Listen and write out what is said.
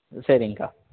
சரிங்கக்கா